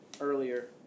earlier